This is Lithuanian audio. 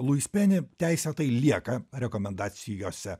luis peni teisėtai lieka rekomendacijose